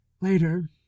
Later